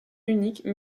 unique